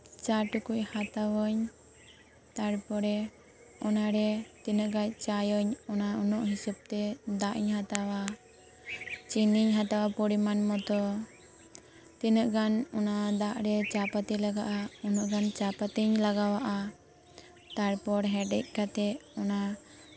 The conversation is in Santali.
ᱪᱟ ᱴᱩᱠᱩᱡ ᱦᱟᱛᱟᱣᱟᱹᱧ ᱛᱟᱨᱯᱚᱨᱮ ᱚᱱᱟᱨᱮ ᱛᱤᱱᱟᱹᱜ ᱜᱟᱱ ᱪᱟᱭᱟᱹᱧ ᱚᱱᱟ ᱩᱱᱟᱹᱜ ᱦᱤᱥᱟᱹᱵ ᱛᱮ ᱫᱟᱜ ᱤᱧ ᱦᱟᱛᱟᱣᱟᱪᱤᱱᱤᱧ ᱦᱟᱛᱟᱣᱟ ᱯᱚᱨᱤᱢᱟᱱ ᱢᱚᱛᱚ ᱛᱤᱱᱟᱹᱜ ᱜᱟᱱ ᱚᱱᱟ ᱫᱟᱜ ᱨᱮ ᱪᱟᱯᱟᱹᱛᱤ ᱞᱟᱜᱟᱜᱼᱟ ᱩᱱᱟᱹᱜ ᱜᱟᱱ ᱪᱟᱯᱟᱹᱛᱤᱧ ᱞᱟᱜᱟᱣᱟᱜᱼᱟ ᱛᱟᱨᱯᱚᱨ ᱦᱮᱰᱮᱡ ᱠᱟᱛᱮᱫ ᱚᱱᱟ